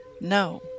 No